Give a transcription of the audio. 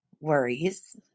worries